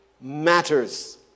matters